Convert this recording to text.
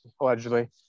allegedly